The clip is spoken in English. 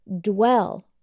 dwell